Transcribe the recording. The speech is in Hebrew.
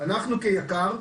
אנחנו כיק"ר,